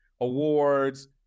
awards